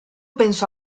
penso